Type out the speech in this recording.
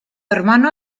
hermano